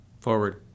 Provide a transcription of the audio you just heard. Forward